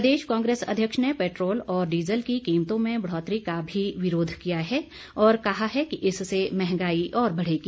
प्रदेश कांग्रेस अध्यक्ष ने पैट्रोल और डीजल की कीमतों में बढ़ोतरी का भी विरोध किया है और कहा है कि इससे महंगाई और बढ़ेगी